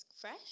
fresh